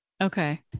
okay